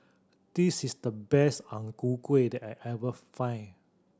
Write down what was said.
this is the best Ang Ku Kueh that I ever find